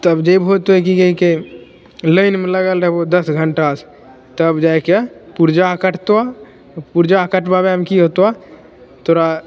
तब जेबहो तब की कहैके लाइनमे लगल रहबहो दश घंटासे तब जाइके पुर्जा कटतो ओ पुर्जा कटबाबैमे की होतो तोरा